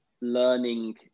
learning